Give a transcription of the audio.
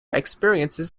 experiences